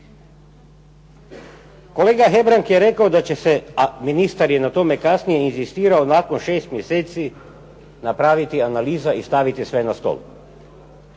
Kolega Hebrang je rekao da će se, a ministar je na tome kasnije inzistirao, nakon šest mjeseci napraviti analiza i staviti sve na stol.